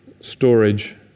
storage